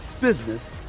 business